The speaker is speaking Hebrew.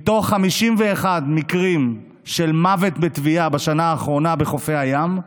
מתוך 51 מקרים של מוות בטביעה בשנה האחרונה בחופי הים,